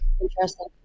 Interesting